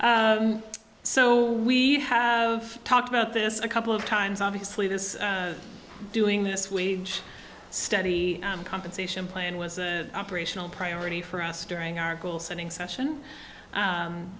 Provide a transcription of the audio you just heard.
ok so we have talked about this a couple of times obviously this doing this wage study and compensation plan was an operational priority for us during our goal setting session